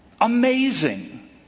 Amazing